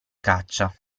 caccia